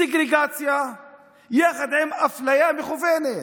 סגרגציה יחד עם אפליה מכוונת.